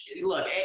look